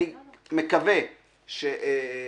אני מקווה שסמנכ"ל,